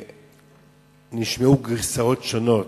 ונשמעו גרסאות שונות.